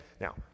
now